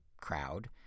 crowd